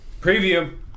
Preview